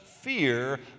fear